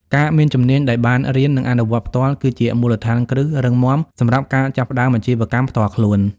ការមានជំនាញដែលបានរៀន និងអនុវត្តផ្ទាល់ គឺជា មូលដ្ឋានគ្រឹះរឹងមាំ សម្រាប់ការចាប់ផ្តើមអាជីវកម្មផ្ទាល់ខ្លួន។